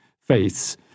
faiths